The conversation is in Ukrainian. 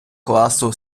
класу